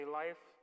life